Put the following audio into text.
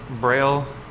Braille